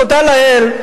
תודה לאל,